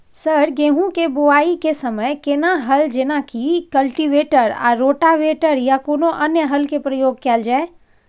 Sir गेहूं के बुआई के समय केना हल जेनाकी कल्टिवेटर आ रोटावेटर या कोनो अन्य हल के प्रयोग कैल जाए?